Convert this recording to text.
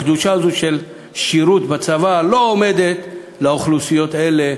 הקדושה הזאת של שירות בצבא לא עומדת לאוכלוסיות אלה